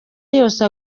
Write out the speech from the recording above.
yose